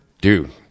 Dude